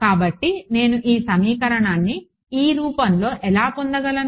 కాబట్టి నేను ఈ సమీకరణాన్ని ఈ రూపంలో ఎలా పొందగలను